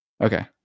Okay